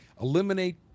eliminate